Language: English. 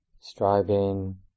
striving